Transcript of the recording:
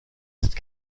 cette